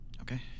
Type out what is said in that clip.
Okay